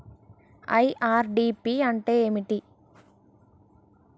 IRDP అంటే ఏమిటి?